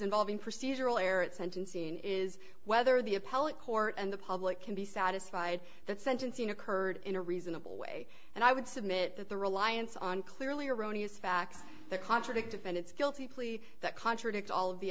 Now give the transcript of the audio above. involving procedural error at sentencing is whether the appellate court and the public can be satisfied that sentencing occurred in a reasonable way and i would submit that the reliance on clearly erroneous facts that contradict defendant's guilty plea that contradicts all